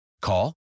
Call